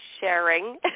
sharing